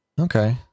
Okay